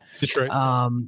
Detroit